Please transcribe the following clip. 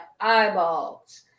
eyeballs